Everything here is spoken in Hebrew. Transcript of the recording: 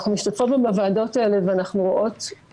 אנחנו משתתפות גם בדיוני הוועדות האלה ואנחנו יודעות